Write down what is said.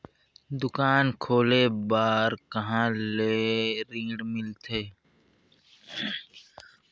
दुकान खोले बार कहा ले ऋण मिलथे?